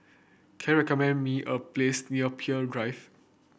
can you recommend me a place near Peirce Drive